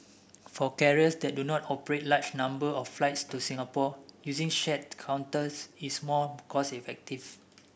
for carriers that do not operate large number of flights to Singapore using shared counters is more cost effective